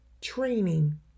training